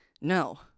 No